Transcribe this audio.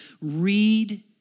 read